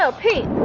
ah paint.